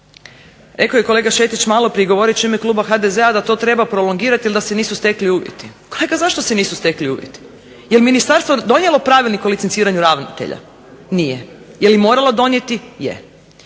Rekao je kolega Šetić maloprije govoreći u ime kluba HDZ-a da to treba prolongirati jer da se nisu stekli uvjeti. Kolega, zašto se nisu stekli uvjeti? Jel' ministarstvo donijelo Pravilnik o licenciranju ravnatelja? Nije. Jel' moralo donijeti? Je.